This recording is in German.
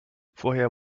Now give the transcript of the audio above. vorher